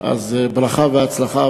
אז ברכה והצלחה,